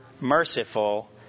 merciful